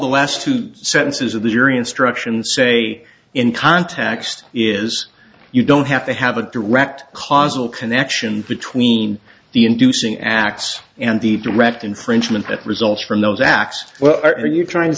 the last two thousand says of the jury instruction say in context is you don't have to have a direct causal connection between the inducing acts and the direct infringement that results from those acts well are you trying to